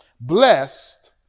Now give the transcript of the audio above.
Blessed